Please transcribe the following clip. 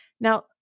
Now